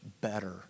better